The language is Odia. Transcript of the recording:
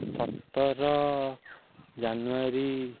ସତର ଜାନୁଆରୀ